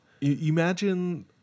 Imagine